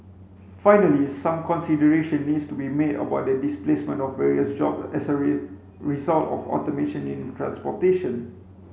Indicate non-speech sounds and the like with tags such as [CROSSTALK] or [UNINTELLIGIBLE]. finally some consideration needs to be made about the displacement of various job as a [UNINTELLIGIBLE] result of automation in transportation